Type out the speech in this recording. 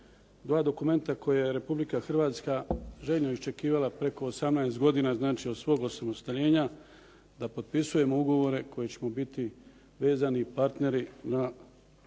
Dva dokumenta koje je Republika Hrvatska željno iščekivala preko 18 godina, znači od svog osamostaljenja da potpisujemo ugovore koji ćemo biti vezani i partneri na,